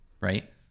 right